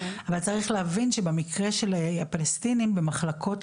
אבל צריך להבין שבמקרה של הפלסטינים במחלקות